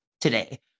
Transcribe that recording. today